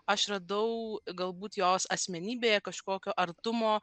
aš radau galbūt jos asmenybėje kažkokio artumo